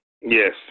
Yes